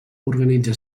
organitza